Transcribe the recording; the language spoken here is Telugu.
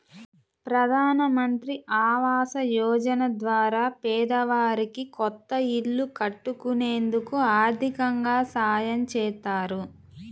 ప్రధానమంత్రి ఆవాస యోజన ద్వారా పేదవారికి కొత్త ఇల్లు కట్టుకునేందుకు ఆర్దికంగా సాయం చేత్తారు